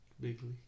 Bigly